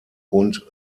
und